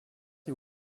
you